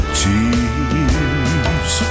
tears